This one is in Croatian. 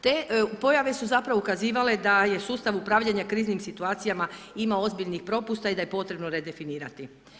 Te pojave su ukazivale da je sustav upravljanja kriznim situacijama ima ozbiljnih propusta i da ih je potrebno redefinirati.